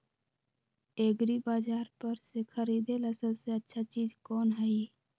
एग्रिबाजार पर से खरीदे ला सबसे अच्छा चीज कोन हई?